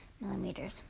millimeters